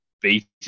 beating